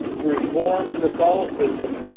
to reform catholicism,